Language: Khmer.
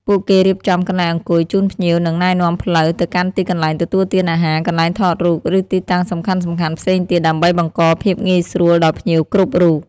ពួកគេរៀបចំ កន្លែងអង្គុយ ជូនភ្ញៀវ និង ណែនាំផ្លូវ ទៅកាន់ទីកន្លែងទទួលទានអាហារ កន្លែងថតរូប ឬទីតាំងសំខាន់ៗផ្សេងទៀត ដើម្បីបង្កភាពងាយស្រួលដល់ភ្ញៀវគ្រប់រូប។